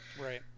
Right